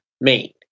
main